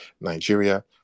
Nigeria